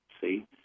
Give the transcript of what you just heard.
See